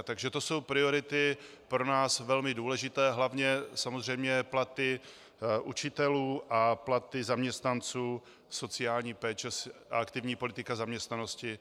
Takže to jsou priority pro nás velmi důležité, samozřejmě hlavně platy učitelů a platy zaměstnanců sociální péče a aktivní politika zaměstnanosti.